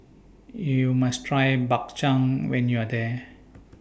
YOU must Try Bak Chang when YOU Are here